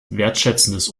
wertschätzendes